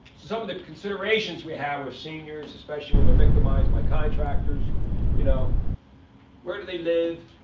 some of the considerations we have with seniors, especially when they're victimized by contractors you know where do they live,